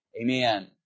Amen